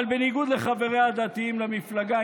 אבל בניגוד לחבריה הדתיים למפלגה,